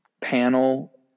panel